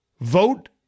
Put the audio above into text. Vote